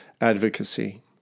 advocacy